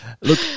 Look